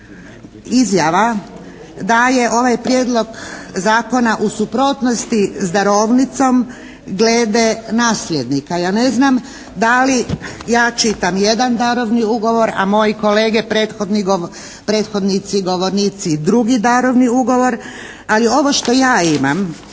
izjava da je ovaj prijedlog zakona u suprotnosti s darovnicom glede nasljednika. Ja ne znam, da li ja čitam jedan darovni ugovor, a moji kolege prethodnici, govornici, drugi darovni ugovor. Ali ovo što ja imam